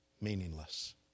meaningless